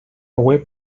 web